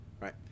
right